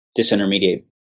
disintermediate